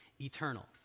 eternal